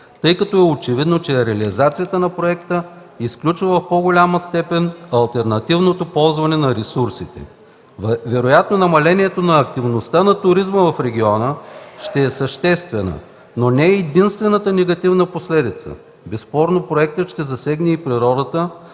тъй като е очевидно, че реализацията на обекта изключва в по-голяма степен алтернативното ползване на ресурсите. Вероятно намалението на активността на туризма в региона, ще е съществена, но не и единствената негативна последица. Безспорно проектът ще засегне природата